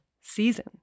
season